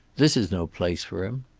this is no place for him.